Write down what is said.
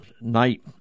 night